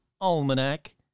Almanac